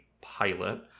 pilot